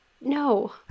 no